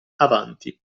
avanti